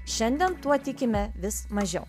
šiandien tuo tikime vis mažiau